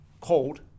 cold